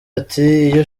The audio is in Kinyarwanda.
atiiyo